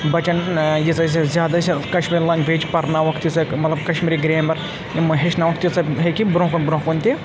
بَچَن ییٖژاہ ییٖژاہ زیادٕ اَسہِ کَشمیٖر لینٛگویج پَرناووکھ تیٖژاہ مطلب کَشمیٖری گرٛیمَر یِم ہیٚچھناووکھ تیٖژاہ ہیٚکہِ برونٛہہ کُن برونٛہہ کُن تہِ